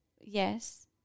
yes